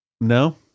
No